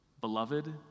beloved